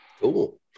cool